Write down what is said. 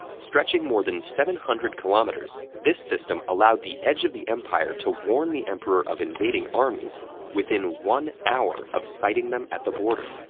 stretching more than seven hundred kilometers, this system allowed the edge of the empire to warn the emperor of invading armies within one hour of sighting them at the border.